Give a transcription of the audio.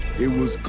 it was